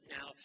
Now